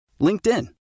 LinkedIn